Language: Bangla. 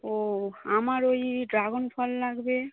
ও আমার ওই ড্রাগন ফল লাগবে